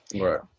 Right